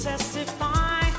Testify